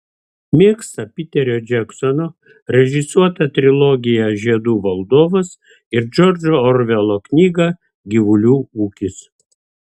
mėgsta piterio džeksono režisuotą trilogiją žiedų valdovas ir džordžo orvelo knygą gyvulių ūkis